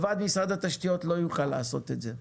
משרד התשתיות לא יוכל לעשות את זה לבד.